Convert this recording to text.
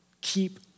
keep